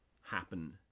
happen